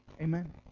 Amen